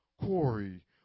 Corey